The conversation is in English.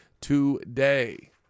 today